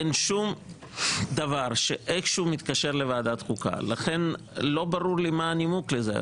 אין שום דבר שאיכשהו מתקשר לוועדת חוקה לכן לא ברור לי מה הנימוק לזה.